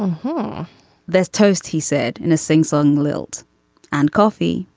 oh there's toast he said in a singsong lilt and coffee.